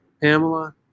Pamela